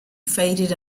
faded